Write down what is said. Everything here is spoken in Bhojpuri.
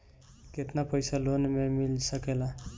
केतना पाइसा लोन में मिल सकेला?